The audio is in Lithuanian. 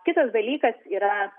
kitas dalykas yra